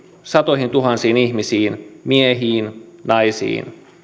satoihintuhansiin ihmisiin miehiin naisiin